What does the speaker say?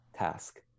task